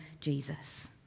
Jesus